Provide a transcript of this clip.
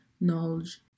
knowledge